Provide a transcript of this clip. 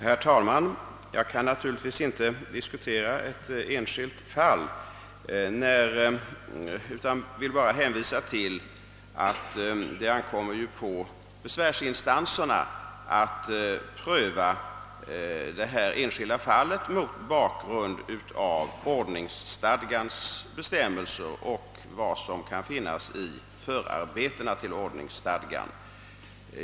Herr talman! Jag kan naturligtvis inte här diskutera ett enskilt fall. Det ankommer på besvärsinstanserna att pröva det enskilda fallet mot bakgrund av ordningsstadgans bestämmelser och vad som kan finnas i förarbetena till denna stadga.